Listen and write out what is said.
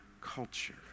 culture